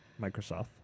Microsoft